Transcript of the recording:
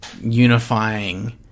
unifying